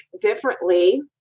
differently